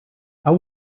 how